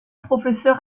professeur